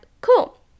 cool